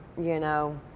you know,